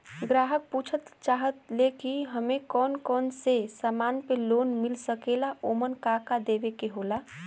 ग्राहक पुछत चाहे ले की हमे कौन कोन से समान पे लोन मील सकेला ओमन का का देवे के होला?